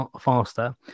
faster